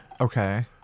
Okay